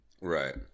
Right